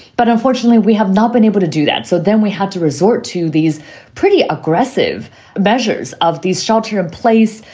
but unfortunately, we have not been able to do that. so then we had to resort to these pretty aggressive measures of these shelter place,